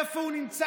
איפה הוא נמצא?